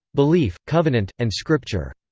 belief, covenant, and scripture